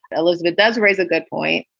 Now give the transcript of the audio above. elizabeth does raise a good point.